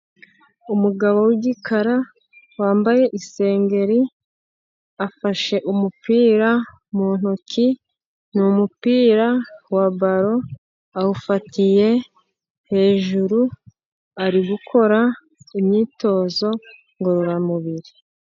Umugabo w'igikara wambaye isengeri, afashe umupira mu ntoki, ni umupira wa balo, awufatiye hejuru ,ari gukora imyitozo ngororamubiri.